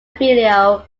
video